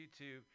youtube